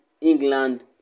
England